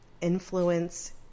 influence